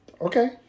Okay